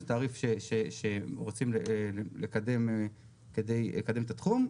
תעריף שרוצים באמצעותו לקדם את התחום,